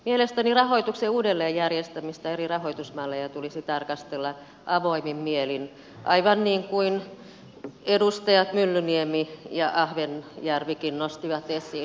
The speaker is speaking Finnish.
mielestäni rahoituksen uudelleenjärjestämistä eri rahoitusmalleja tulisi tarkastella avoimin mielin aivan niin kuin edustajat myllyniemi ja ahvenjärvikin nostivat esiin